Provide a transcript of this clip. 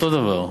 אותו דבר.